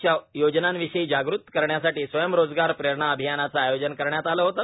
च्या योजनाविषयी जागृत करण्यासाठी स्वयंरोजगार प्रेरणा अभियानाचे आयोजन करण्यात आले होते